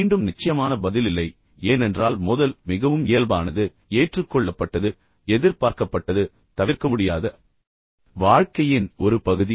மீண்டும் நிச்சயமான பதில் இல்லை ஏனென்றால் மோதல் மிகவும் இயல்பானது ஏற்றுக்கொள்ளப்பட்டது எதிர்பார்க்கப்பட்டது தவிர்க்க முடியாத வாழ்க்கையின் ஒரு பகுதி